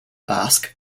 basque